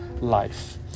life